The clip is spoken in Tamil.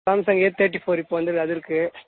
சாம்சங் ஏ தேர்ட்டி ஃபோர் இப்போ வந்தது அது இருக்குது